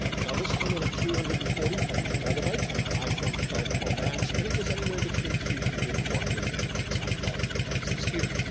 now this came in at three hundred and forty point two megabytes on my iphone, twelve pro max. and it was anywhere between three hundred and four hundred megabytes on all the devices here.